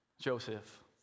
Joseph